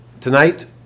tonight